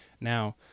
Now